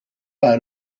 para